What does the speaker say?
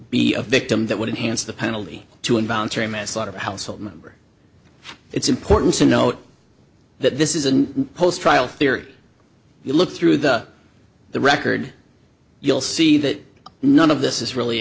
be a victim that wouldn't answer the penalty to involuntary manslaughter household member it's important to note that this is a post trial theory you look through the the record you'll see that none of this is really